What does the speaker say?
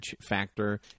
factor